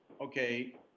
okay